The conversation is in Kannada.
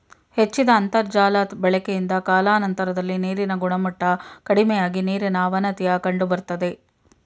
ಹೆಚ್ಚಿದ ಅಂತರ್ಜಾಲ ಬಳಕೆಯಿಂದ ಕಾಲಾನಂತರದಲ್ಲಿ ನೀರಿನ ಗುಣಮಟ್ಟ ಕಡಿಮೆಯಾಗಿ ನೀರಿನ ಅವನತಿಯ ಕಂಡುಬರ್ತದೆ